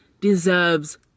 deserves